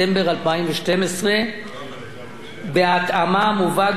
1 בספטמבר 2012. בהתאמה מובא גם צו מס ערך מוסף